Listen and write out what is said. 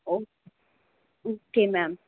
O okay ma'am